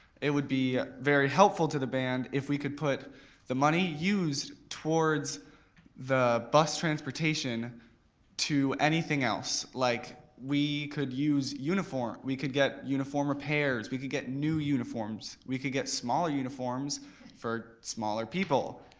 it would be very helpful to the band if we could put the money used towards the bus transportation to anything else. like we could use uniforms, we could get uniform repairs, we could get new uniforms, we could get smaller uniforms for smaller people.